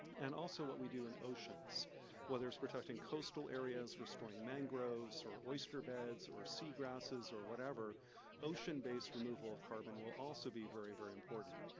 and also also what we do in oceans whether it's protecting coastal areas, restoring mangroves, or oyster beds, or sea grasses, or whatever ocean based removal of carbon will also be very, very important.